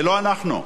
ולא אנחנו.